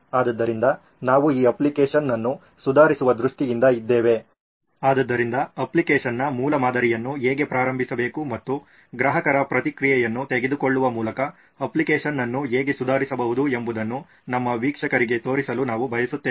ಆದ್ದರಿಂದ ನಾವು ಈ ಅಪ್ಲಿಕೇಶನ್ ಅನ್ನು ಸುಧಾರಿಸುವ ದೃಷ್ಟಿಯಿಂದ ಇದ್ದೇವೆ ಆದ್ದರಿಂದ ಅಪ್ಲಿಕೇಶನ್ನ ಮೂಲಮಾದರಿಯನ್ನು ಹೇಗೆ ಪ್ರಾರಂಭಿಸಬೇಕು ಮತ್ತು ಗ್ರಾಹಕರ ಪ್ರತಿಕ್ರಿಯೆಯನ್ನು ತೆಗೆದುಕೊಳ್ಳುವ ಮೂಲಕ ಅಪ್ಲಿಕೇಶನ್ ಅನ್ನು ಹೇಗೆ ಸುಧಾರಿಸಬಹುದು ಎಂಬುದನ್ನು ನಮ್ಮ ವೀಕ್ಷಕರಿಗೆ ತೋರಿಸಲು ನಾವು ಬಯಸುತ್ತೇವೆ